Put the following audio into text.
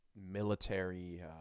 military